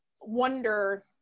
wonder